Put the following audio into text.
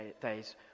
Days